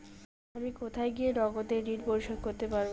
আমি কোথায় গিয়ে নগদে ঋন পরিশোধ করতে পারবো?